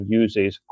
uses